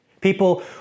People